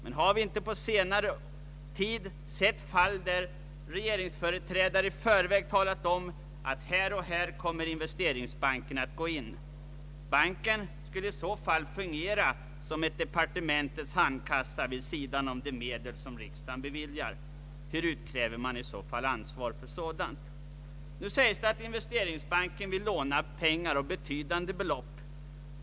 Men har vi inte på senare tid sett fall där regeringsföreträdare i förväg talat om att här och här kommer Investeringsbanken att gå in? Banken skulle i så fall fungera som en departementets handkassa vid sidan av de medel som riksdagen beviljar. Hur utkräver man i så fall ansvar för sådant? Nu sägs det att Investeringsbanken vill låna betydande belopp.